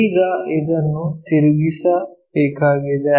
ಈಗ ಇದನ್ನು ತಿರುಗಿಸಬೇಕಾಗಿದೆ